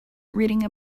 reading